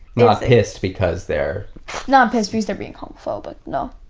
not pissed because they're not pissed because they're being homophobic, no.